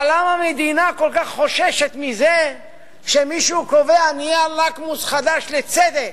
אבל למה המדינה כל כך חוששת מזה שמישהו קובע נייר לקמוס חדש לצדק?